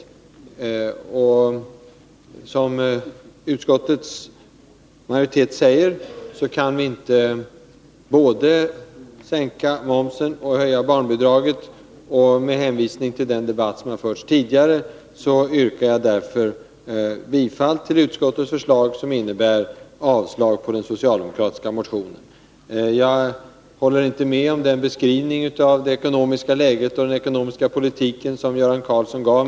Som utskottets majoritet säger kan vi inte både sänka momsen och höja barnbidragen. Med hänvisning till den debatt som förts tidigare yrkar jag därför bifall till utskottets förslag, som innebär avslag på den socialdemokratiska motionen. Jag håller inte med om den beskrivning av det ekonomiska läget och den ekonomiska politiken som Göran Karlsson gav.